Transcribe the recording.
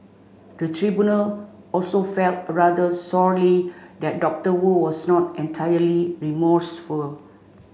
the tribunal also felt rather sorely that Dr Wu was not entirely remorseful